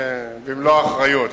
במלוא האחריות.